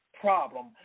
problem